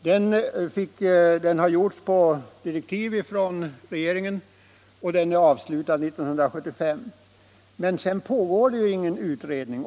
Utredningen har skett på direktiv av regeringen, och den avslutades 1975. Nu pågår alltså ingen utredning.